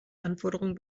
anforderungen